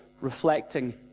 reflecting